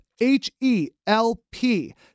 H-E-L-P